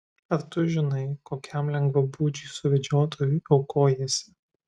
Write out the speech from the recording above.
ar tu žinai kokiam lengvabūdžiui suvedžiotojui aukojiesi